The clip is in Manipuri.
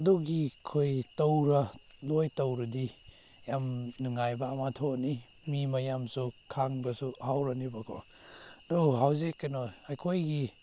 ꯑꯗꯨꯒꯤ ꯑꯩꯈꯣꯏ ꯂꯣꯏ ꯇꯧꯔꯗꯤ ꯌꯥꯝ ꯅꯨꯡꯉꯥꯏꯕ ꯑꯃ ꯊꯣꯛꯂꯅꯤ ꯃꯤ ꯃꯌꯥꯝꯁꯨ ꯈꯪꯕꯁꯨ ꯍꯧꯔꯅꯤꯕꯀꯣ ꯑꯗꯨꯒ ꯍꯧꯖꯤꯛ ꯀꯩꯅꯣ ꯑꯩꯈꯣꯏꯒꯤ